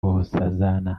nkosazana